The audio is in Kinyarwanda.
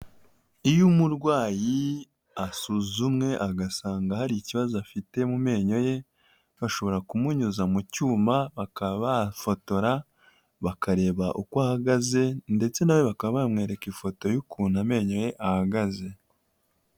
Iyo umurwayi asuzumwe agasanga hari ikibazo afite mu menyo ye, bashobora kumunyuza mu cyuma bakaba bafotora bakareba uko ahagaze ndetse na we bakaba bamwereka ifoto y'ukuntu amenyo ye ahagaze.